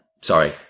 Sorry